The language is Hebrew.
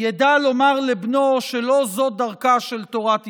ידע לומר לבנו שלא זאת דרכה של תורת ישראל.